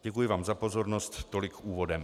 Děkuji vám za pozornost, tolik úvodem.